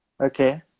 Okay